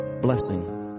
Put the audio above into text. blessing